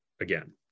again